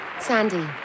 Sandy